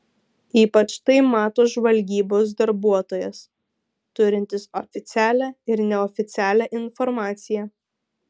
ypač tai mato žvalgybos darbuotojas turintis oficialią ir neoficialią informaciją